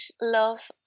love